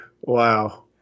Wow